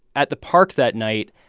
at the park that night,